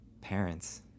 parents